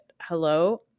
hello